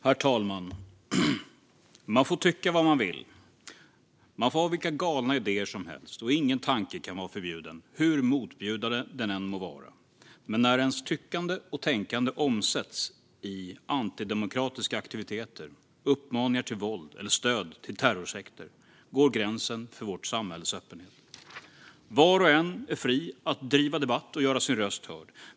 Herr talman! Man får tycka vad man vill. Man får ha vilka galna idéer som helst, och ingen tanke kan vara förbjuden, hur motbjudande den än må vara. Men när ens tyckande och tänkande omsätts i antidemokratiska aktiviteter, uppmaningar till våld eller stöd till terrorsekter går gränsen för vårt samhälles öppenhet. Var och en är fri att driva debatt och göra sin röst hörd.